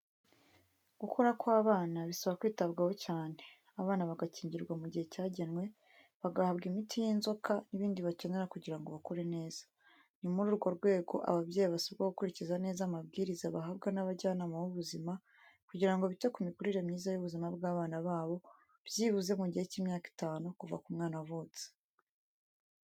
Gukura kw’abana bisaba kwitabwaho cyane. Abana bagakingirwa mu gihe cyagenwe, bagahabwa imiti y’inzoka n’ibindi bakenera kugira ngo bakure neza. Ni muri urwo rwego ababyeyi basabwa gukurikiza neza amabwiriza bahabwa n’abajyanama b’ubuzima, kugira ngo bite ku mikurire myiza y’ubuzima bw’abana babo, byibuze mu gihe cy’imyaka itanu kuva umwana avutse.